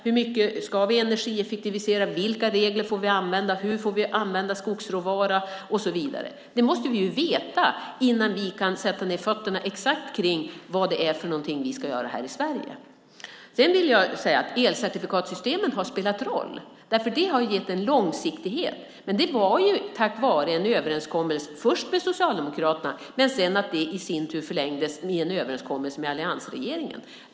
Hur mycket ska vi energieffektivisera? Vilka regler får vi använda? Hur får vi använda skogsråvara? Det måste vi ju veta innan vi kan sätta ned fötterna exakt om vad vi ska göra här i Sverige. Sedan vill jag säga att elcertifikatssystemen har spelat roll, eftersom de har gett en långsiktighet. Men det var ju tack vare en överenskommelse, först med Socialdemokraterna, men den förlängdes sedan i sin tur med en överenskommelse med alliansregeringen.